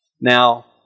Now